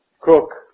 cook